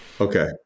Okay